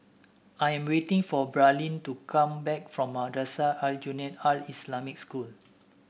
I am waiting for Braelyn to come back from Madrasah Aljunied Al Islamic School